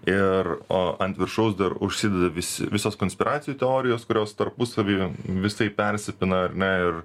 ir o ant viršaus dar užsideda visi visos konspiracijų teorijos kurios tarpusavy visaip persipina ar ne ir